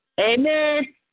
Amen